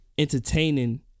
Entertaining